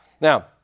Now